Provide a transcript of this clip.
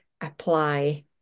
apply